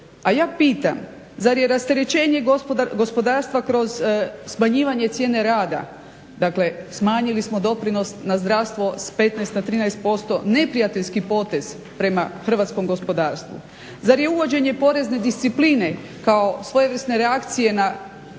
A ja pitam zar je rasterećenje gospodarstva kroz smanjivanje cijene rada? Dakle, smanjili smo doprinos na zdravstvo s 15 na 13%, neprijateljski potez prema hrvatskom gospodarstvu. Zar je uvođenje porezne discipline kao svojevrsne reakcije na